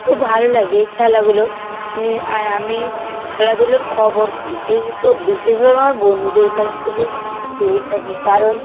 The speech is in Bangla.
খুব ভালো লাগে এই খেলাগুলো আর আমি খেলাধুলোর খবর বিশেষ বিশেষভাবে আমার বন্ধুদের কাছ থেকে পেয়ে থাকি কারণ